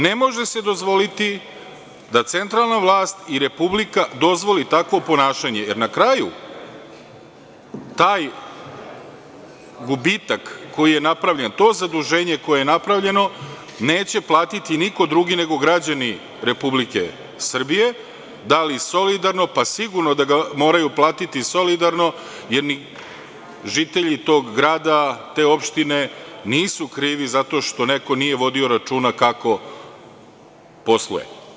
Ne može se dozvoliti da centralna vlast i Republika dozvoli takvo ponašanje, jer na kraju taj gubitak koji je napravljen, to zaduženje koje je napravljeno neće platiti niko drugi nego građani Republike Srbije, da li solidarno, pa sigurno da ga moraju platiti solidarno jer ni žitelji tog grada, te opštine nisu krivi zato što neko nije vodio računa kako posluje.